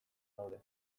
daude